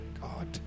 God